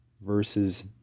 versus